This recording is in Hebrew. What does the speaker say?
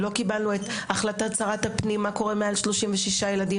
ולא קיבלנו את החלטת שרת הפנים מה קורה מעל 36 ילדים,